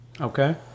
Okay